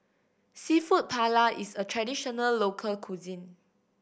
Seafood Paella is a traditional local cuisine